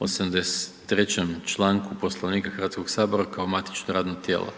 83. čl. Poslovnika Hrvatskog sabora kao matično radno tijelo.